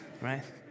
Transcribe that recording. right